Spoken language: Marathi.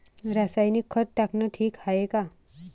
रासायनिक खत टाकनं ठीक हाये का?